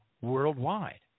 worldwide